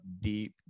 deep